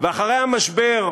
ואחרי המשבר,